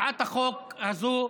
הצעת החוק הזאת,